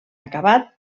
acabat